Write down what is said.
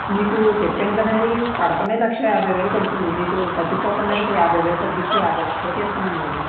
మీకు చెప్పాను కదండీ పడడమే లక్షా యాభైవేలు పడుతుంది మీకు ప్రతీ సోఫ మీద ఒక యాభైవేలు తగ్గిచ్చి యాభై లక్షలకే ఇస్తున్నాను కదా